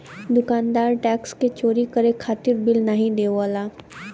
दुकानदार टैक्स क चोरी करे खातिर बिल नाहीं देवला